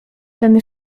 ten